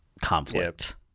conflict